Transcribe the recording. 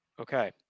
Okay